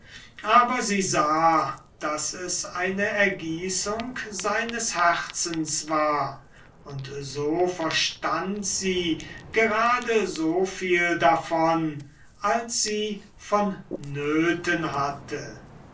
aber sie sah daß es eine ergießung seines herzens war und so verstund sie gerade so viel davon als sie vonnöten hatte